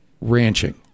ranching